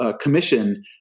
commission